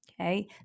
Okay